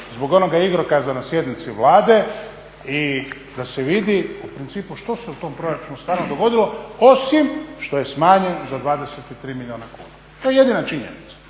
zbog onoga igrokaza na sjednici Vlade i da se vidi u principu što se u tom proračunu starom dogodilo, osim što je smanjen za 23 milijuna kuna. To je jedina činjenica.